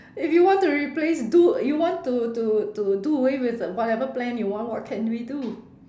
if you want to replace do you want to to to do away with whatever plan you want what can we do